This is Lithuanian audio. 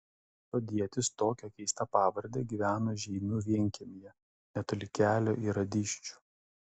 sodietis tokia keista pavarde gyveno žeimių vienkiemyje netoli kelio į radyščių